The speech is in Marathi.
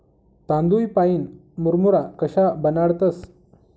तांदूय पाईन मुरमुरा कशा बनाडतंस?